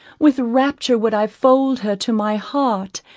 with rapture would i fold her to my heart,